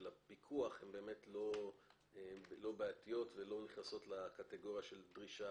הפיקוח לא בעייתיות ולא נכנסות לקטגוריה של דרישה